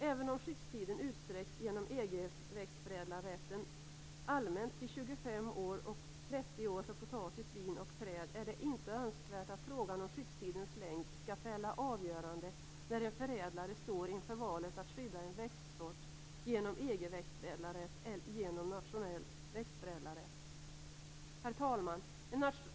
Även om skyddstiden utsträcks genom EG-växtförädlarrätten allmänt till 25 år och 30 år för potatis, vin och träd är det inte önskvärt att frågan om skyddstidens längd skall fälla avgörande när en förädlare står inför valet att skydda en växtsort genom EG växtförädlarrätt eller genom nationell växtförädlarrätt. Herr talman!